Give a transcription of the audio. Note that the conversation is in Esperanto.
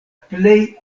plej